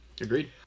Agreed